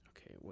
Okay